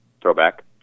throwback